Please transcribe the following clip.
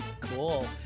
Cool